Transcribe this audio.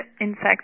insects